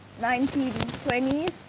1920s